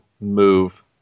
move